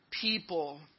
people